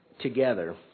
together